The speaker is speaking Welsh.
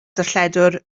darlledwr